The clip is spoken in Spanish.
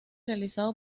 realizado